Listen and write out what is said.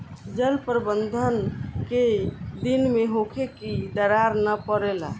जल प्रबंधन केय दिन में होखे कि दरार न परेला?